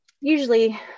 usually